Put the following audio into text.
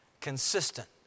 consistent